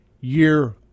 year